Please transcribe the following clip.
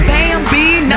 Bambi